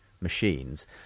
machines